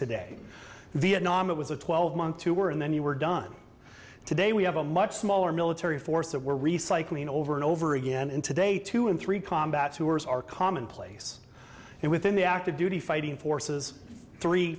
today vietnam it was a twelve month you were and then you were done today we have a much smaller military force that we're recycling over and over again in today two in three combat tours are commonplace and within the active duty fighting forces three